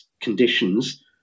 conditions